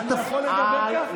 אני יכול לדבר ככה?